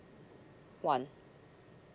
one